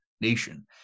nation